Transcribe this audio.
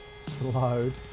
Slowed